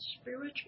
spiritual